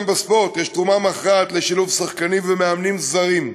גם בספורט יש תרומה מכרעת לשילוב שחקנים ומאמנים זרים,